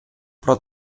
про